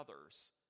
others